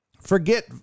forget